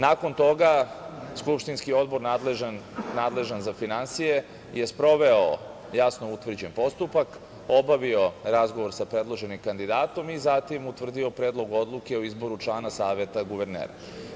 Nakon toga skupštinski odbor nadležan za finansije je sproveo jasno utvrđen postupak, obavio razgovor sa predloženim kandidatom i zatim utvrdio predlog odluke o izboru člana Saveta guvernera.